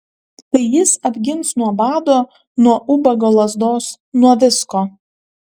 tai jis apgins nuo bado nuo ubago lazdos nuo visko